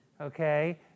okay